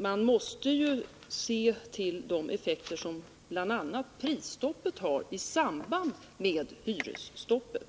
Man måste ju se till de effekter som bl.a. prisstoppet har i samband med hyresstoppet.